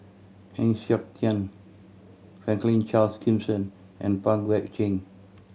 Heng Siok Tian Franklin Charles Gimson and Pang Guek Cheng